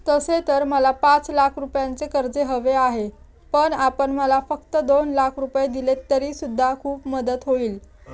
तसे तर मला पाच लाख रुपयांचे कर्ज हवे आहे, पण आपण मला फक्त दोन लाख रुपये दिलेत तरी सुद्धा खूप मदत होईल